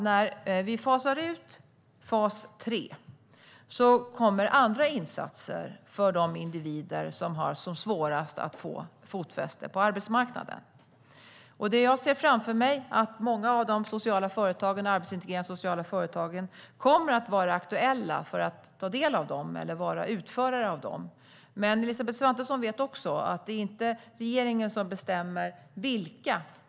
När vi fasar ut fas 3 kommer andra insatser för de individer som har det som svårast att få fotfäste på arbetsmarknaden. Jag ser framför mig att många av de sociala företagen och de arbetsintegrerande sociala företagen kommer att vara aktuella att ta del av dem eller vara utförare av dem. Men Elisabeth Svantesson vet också att det inte är regeringen som bestämmer vilka.